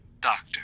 doctor